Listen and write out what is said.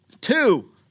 Two